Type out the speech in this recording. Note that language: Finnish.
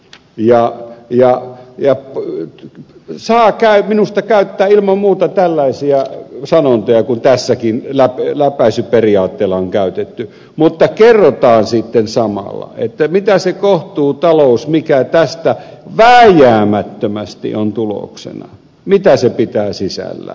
ja jalo ja ui sahaa saa minusta käyttää ilman muuta tällaisia sanontoja kuin tässäkin läpäisyperiaatteella on käytetty mutta kerrotaan sitten samalla mitä se kohtuutalous mikä tästä vääjäämättömästi on tuloksena pitää sisällään